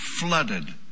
flooded